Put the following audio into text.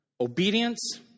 obedience